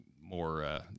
more